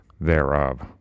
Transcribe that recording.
thereof